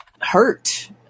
hurt